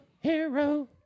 hero